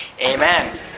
Amen